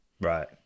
right